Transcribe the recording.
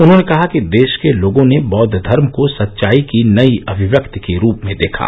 उन्हॉने कहा कि देश के लोगों ने बौद्व धर्म को सच्चाई की नई अभिव्यक्ति के रूप में देखा